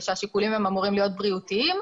כשהשיקולים אמורים להיות בריאותיים,